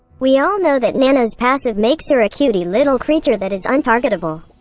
we all know that nana's passive makes her a cutie-little creature that is untargettable.